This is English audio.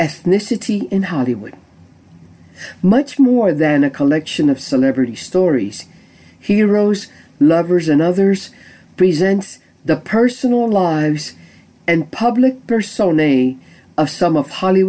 ethnicity in hollywood much more than a collection of celebrity stories heroes lovers and others present the personal lives and public personae of some of h